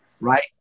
Right